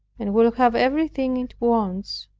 and will have everything it wants,